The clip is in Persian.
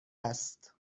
است